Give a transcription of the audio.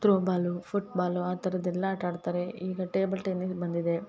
throwball football ಆ ಥರದ್ ಎಲ್ಲ ಆಟ ಆಡ್ತಾರೆ ಈಗ ಟೇಬಲ್ ಟೆನ್ನಿಸ್ ಬಂದಿದೆ